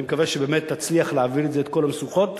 אני מקווה שבאמת תצליח להעביר את זה את כל המשוכות,